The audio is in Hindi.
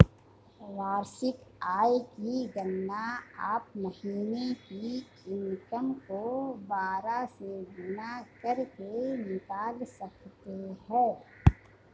वार्षिक आय की गणना आप महीने की इनकम को बारह से गुणा करके निकाल सकते है